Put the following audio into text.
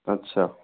अच्छा